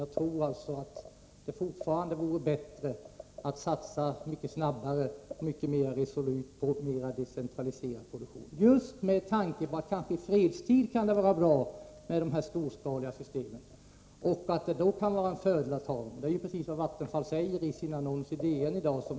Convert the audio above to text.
Jag tror alltså att det vore bättre att snabbare och mera resolut satsa på en mer decentraliserad produktion — just med tanke på att det i fredstid kanske kan vara en fördel att ha de storskaliga systemen. Det är ju precis det Vattenfall säger i sin annons i DN i dag.